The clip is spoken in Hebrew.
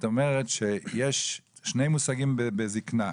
זאת אומרת שיש שני מושגים בזקנה.